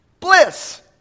bliss